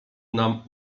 nam